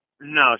No